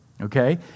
okay